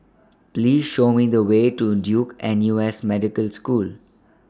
Please Show Me The Way to Duke N U S Medical School